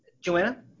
Joanna